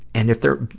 and if they're,